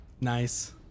Nice